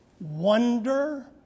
wonder